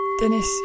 Dennis